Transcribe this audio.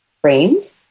framed